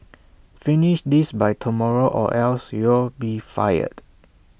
finish this by tomorrow or else you'll be fired